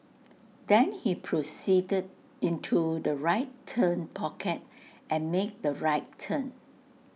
then he proceeded into the right turn pocket and made the right turn